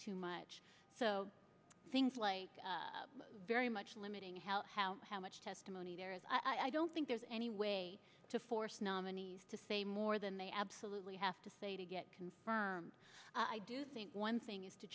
too much so things like very much limiting how how how much testimony there is i don't think there's any way to force nominees to say more than they absolutely have to say to get confirmed i do think one thing is to